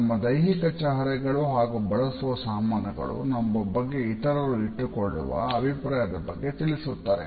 ನಮ್ಮ ದೈಹಿಕ ಚಹರೆಗಳು ಹಾಗು ಬಳಸುವ ಸಾಮಾನುಗಳು ನಮ್ಮ ಬಗ್ಗೆ ಇತರರು ಇಟ್ಟುಕೊಳ್ಳುವ ಅಭಿಪ್ರಾಯದ ಬಗ್ಗೆ ತಿಳಿಸುತ್ತದೆ